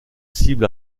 cible